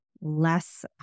less